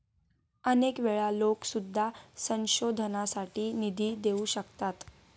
अनेक वेळा लोकं सुद्धा संशोधनासाठी निधी देऊ शकतात